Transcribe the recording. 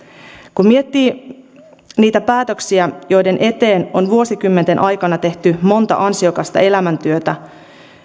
kun miettii niitä päätöksiä joiden eteen on vuosikymmenten aikana tehty monta ansiokasta elämäntyötä